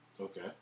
Okay